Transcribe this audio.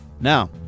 now